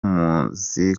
muzi